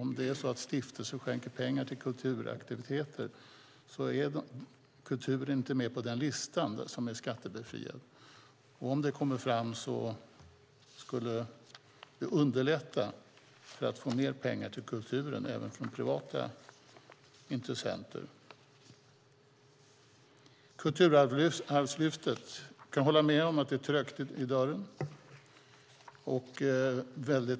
I de fall stiftelser skänker pengar till kulturaktiviteter är kultur inte med på listan över skattebefriade aktiviteter. Om utredningen lades fram skulle det underlätta att få mer pengar till kulturen även från privata intressenter. Sedan har vi Kulturarvslyftet. Jag kan hålla med om att det är trögt i dörren.